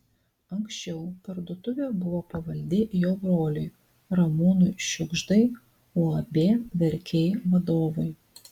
anksčiau parduotuvė buvo pavaldi jo broliui ramūnui šiugždai uab verkiai vadovui